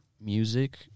music